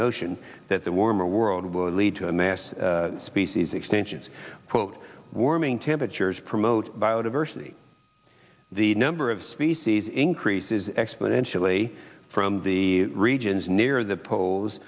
notion that the warmer world would lead to a mass species extinctions quote warming temperatures promote biodiversity the number of species increases exponentially from the regions near the po